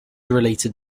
related